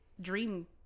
dream